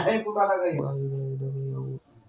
ಬಾವಿಗಳ ವಿಧಗಳು ಯಾವುವು?